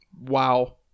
Wow